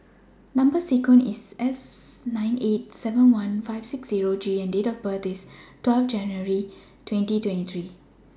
Number sequence IS S nine eight seven one five six Zero G and Date of birth IS twelve January twenty twenty three